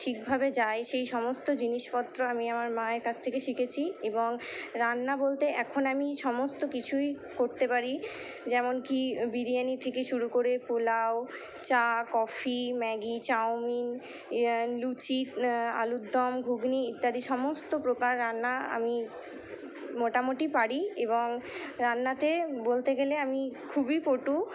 ঠিকভাবে যাই সেই সমস্ত জিনিসপত্র আমি আমার মায়ের কাছ থেকে শিখেছি এবং রান্না বলতে এখন আমি সমস্ত কিছুই করতে পারি যেমন কি বিরিয়ানি থেকে শুরু করে পোলাও চা কফি ম্যাগি চাউমিন লুচি আলুরদম ঘুগনি ইত্যাদি সমস্ত প্রকার রান্না আমি মোটামুটি পারি এবং রান্নাতে বলতে গেলে আমি খুবই পটু